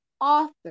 author